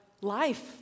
life